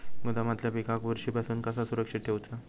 गोदामातल्या पिकाक बुरशी पासून कसा सुरक्षित ठेऊचा?